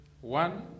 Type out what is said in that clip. One